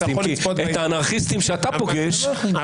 כי האנרכיסטים שאתה פוגש,